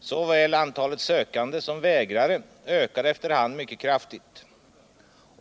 Såväl antalet sökande som vägrare ökade efter hand mycket kraftigt.